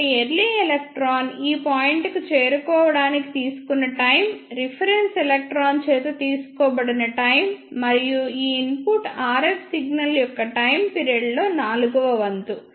కాబట్టి early electron ఈ point కు చేరుకోవడానికి తీసుకున్న టైమ్ రిఫరెన్స్ ఎలక్ట్రాన్ చేత తీసుకోబడిన టైమ్ మరియు ఇన్పుట్ RF సిగ్నల్ యొక్క టైమ్ పీరియడ్ లో నాలుగవ వంతు